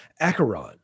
Acheron